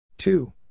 Two